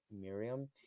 miriam